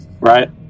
right